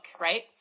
right